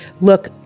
look